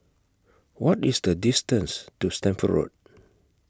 What IS The distance to Stamford Road